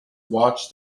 watched